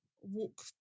Walk